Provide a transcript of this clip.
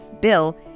Bill